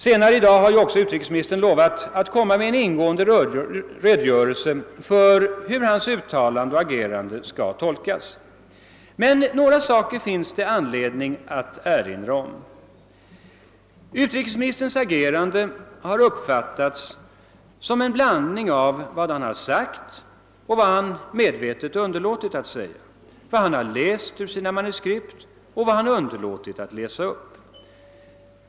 Utrikesministern har också lovat att senare i dag lämna en ingående redogörelse för hur hans uttalanden och agerande skall tolkas. Men några saker finns det anledning att erinra om. Utrikesministerns agerande har uppfattats som en blandning av vad han har sagt och vad han medvetet har underlåtit att säga, vad han har läst ur sina manuskript och vad han har underlåtit att läsa upp.